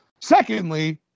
Secondly